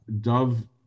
dove